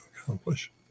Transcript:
accomplish